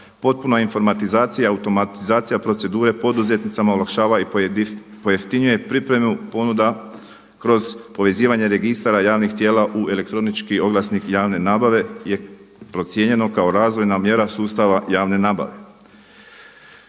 Potpuna informatizacija i automatizacija procedure poduzetnicima olakšava i pojeftinjuje pripremu ponuda kroz povezivanje registara javnih tijela u elektronički oglasnik javne nabave je procijenjeno kao razvojna mjera sustava javne nabave.